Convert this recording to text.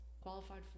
qualified